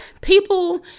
People